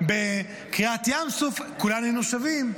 בקריעת ים סוף כולנו היינו שווים.